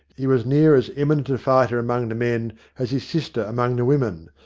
he was near as eminent a fighter among the men as his sister among the women,